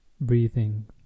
breathing